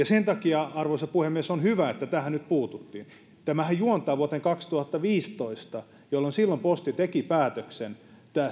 sen takia arvoisa puhemies on hyvä että tähän nyt puututtiin tämähän juontaa vuoteen kaksituhattaviisitoista jolloin posti teki päätöksen